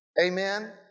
Amen